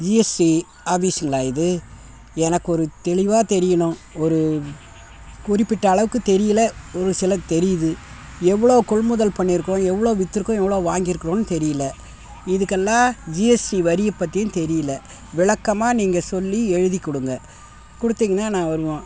GST ஆஃபீஸுங்களா இது எனக்கொரு தெளிவாக தெரியணும் ஒரு குறிப்பிட்ட அளவுக்கு தெரியலை ஒரு சிலது தெரியுது எவ்வளோ கொள்முதல் பண்ணியிருக்கோம் எவ்வளோ விற்றுருக்கோம் எவ்வளோ வாங்கியிருக்குறோன்னு தெரியலை இதுக்கெல்லாம் ஜிஎஸ்டி வரியை பற்றியும் தெரியலை விளக்கமாக நீங்கள் சொல்லி எழுதி கொடுங்க கொடுத்திங்கன்னா நான் வருவோம்